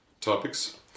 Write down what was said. topics